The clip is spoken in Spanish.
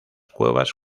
cuevas